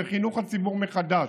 זה חינוך הציבור מחדש,